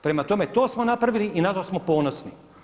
Prema tome, to smo napravili i na to smo ponosni.